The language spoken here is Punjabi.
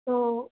ਤੋਂ